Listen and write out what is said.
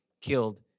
killed